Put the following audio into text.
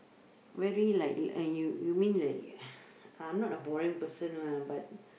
very like like you you mean that I'm not a boring person lah but